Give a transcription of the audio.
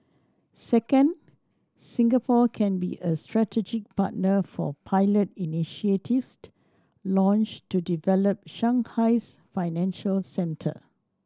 second Singapore can be a strategic partner for pilot initiatives launched to develop Shanghai's financial centre